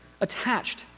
attached